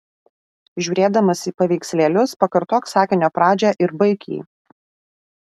žiūrėdamas į paveikslėlius pakartok sakinio pradžią ir baik jį